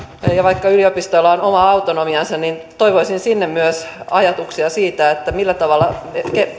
ja vaikka yliopistoilla on oma autonomiansa niin toivoisin sinne myös ajatuksia siitä millä tavalla